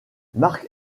mark